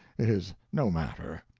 it is no matter.